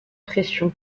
pression